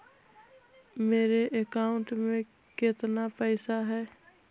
मेरे अकाउंट में केतना पैसा है?